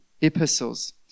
epistles